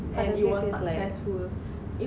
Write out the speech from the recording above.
how does it feels like